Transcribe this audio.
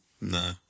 no